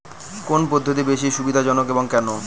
কোন পদ্ধতি বেশি সুবিধাজনক এবং কেন?